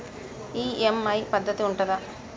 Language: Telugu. ఈ.ఎమ్.ఐ పద్ధతి ఉంటదా?